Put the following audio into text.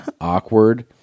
awkward